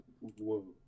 Whoa